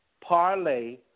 parlay